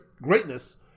Greatness